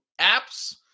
apps